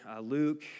Luke